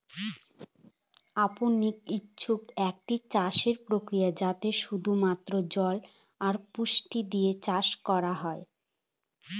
অরপনিক্স হচ্ছে একটা চাষের প্রক্রিয়া যাতে শুধু মাত্র জল আর পুষ্টি দিয়ে চাষ করা হয়